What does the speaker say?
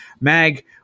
Mag